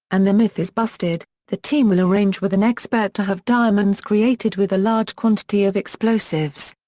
and the myth is busted, the team will arrange with an expert to have diamonds created with a large quantity of explosives.